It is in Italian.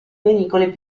pericoli